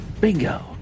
Bingo